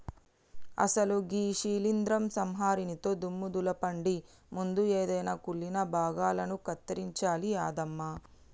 అసలు గీ శీలింద్రం సంహరినితో దుమ్ము దులపండి ముందు ఎదైన కుళ్ళిన భాగాలను కత్తిరించాలి యాదమ్మ